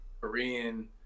Korean